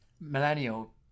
millennial